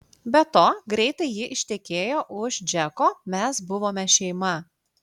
be to greitai ji ištekėjo už džeko mes buvome šeima